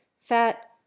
fat